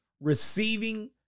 receiving